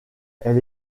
elle